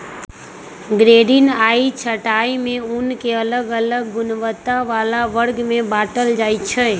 grading आऽ छँटाई में ऊन के अलग अलग गुणवत्ता बला वर्ग में बाटल जाइ छइ